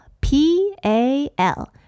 P-A-L